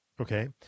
Okay